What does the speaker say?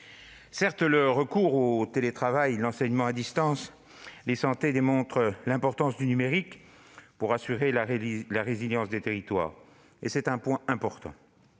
Certes, le recours au télétravail, l'enseignement à distance et l'e-santé démontrent l'importance du numérique pour assurer la résilience des territoires. C'est un point important.